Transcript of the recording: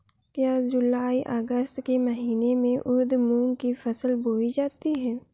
क्या जूलाई अगस्त के महीने में उर्द मूंग की फसल बोई जाती है?